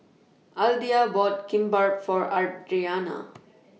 Alda bought Kimbap For Adrianna